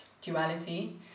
duality